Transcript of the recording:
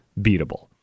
beatable